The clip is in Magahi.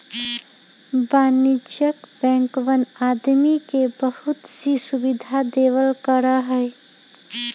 वाणिज्यिक बैंकवन आदमी के बहुत सी सुविधा देवल करा हई